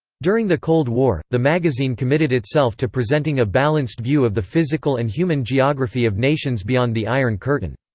during the cold war, the magazine committed itself to presenting a balanced view of the physical and human geography of nations beyond the iron curtain.